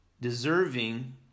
deserving